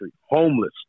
homeless